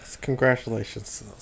Congratulations